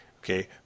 okay